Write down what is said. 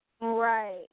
Right